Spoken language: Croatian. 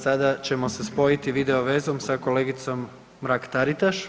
Sada ćemo se spojiti videovezom sa kolegicom Mrak Taritaš.